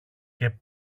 και